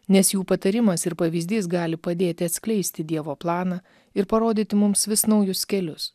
nes jų patarimas ir pavyzdys gali padėti atskleisti dievo planą ir parodyti mums vis naujus kelius